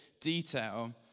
detail